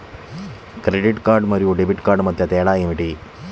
Credit card మరియు debit card మధ్య తేడా ఏమిటి?